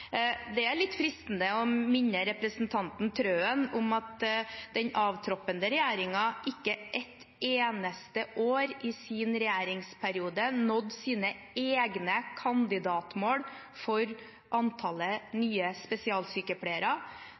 Det er litt fristende å minne representanten Trøen om at den avgåtte regjeringen ikke et eneste år i sin regjeringsperiode nådde sine egne kandidatmål for antallet nye spesialsykepleiere.